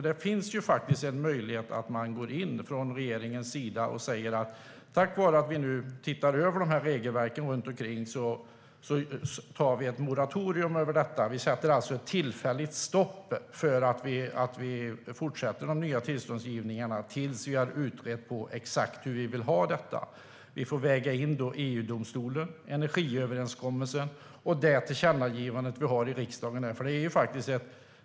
Det finns ju en möjlighet att regeringen går in och säger att nu när vi ser över regelverken utfärdar vi ett moratorium, alltså sätter ett tillfälligt stopp för de nya tillståndsgivningarna, tills vi har utrett exakt hur vill ha detta. Vi får då väga in EU-domstolen, energiöverenskommelsen och tillkännagivandet från riksdagen.